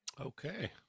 Okay